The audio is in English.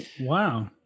Wow